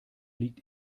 liegt